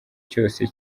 cyose